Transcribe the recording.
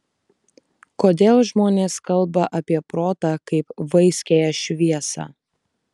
kodėl žmonės kalba apie protą kaip vaiskiąją šviesą